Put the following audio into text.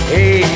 Hey